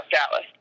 Dallas